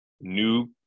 new